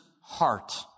heart